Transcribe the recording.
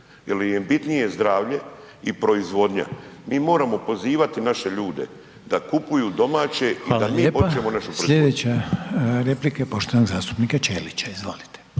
im je bitnije zdravlje i proizvodnja. Mi moramo pozivati naše ljude da kupuju domaće i da mi počnemo nešto proizvoditi.